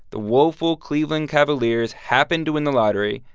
the woeful cleveland cavaliers happened to win the lottery.